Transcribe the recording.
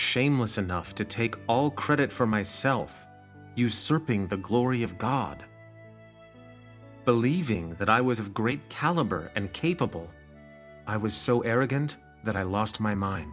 shameless enough to take all credit for myself usurping the glory of god believing that i was of great caliber and capable i was so arrogant that i lost my mind